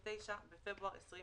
(29 בפברואר 2020),